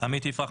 עמית יפרח,